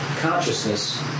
consciousness